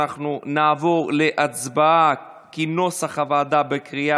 אנחנו נעבור להצבעה בקריאה שנייה כנוסח הוועדה.